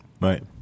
Right